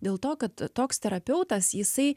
dėl to kad toks terapeutas jisai